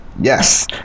Yes